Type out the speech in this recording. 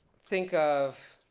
think of